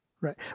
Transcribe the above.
Right